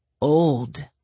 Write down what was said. Old